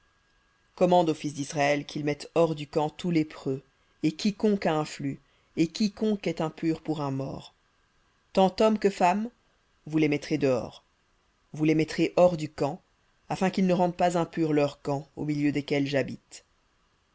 aux fils d'israël qu'ils mettent hors du camp tout lépreux et quiconque a un flux et quiconque est impur pour un mort tant homme que femme vous les mettrez dehors vous les mettrez hors du camp afin qu'ils ne rendent pas impurs leurs camps au milieu desquels j'habite